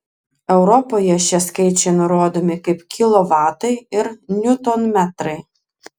europoje šie skaičiai nurodomi kaip kilovatai ir niutonmetrai